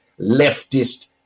leftist